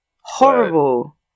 Horrible